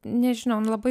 nežinion labai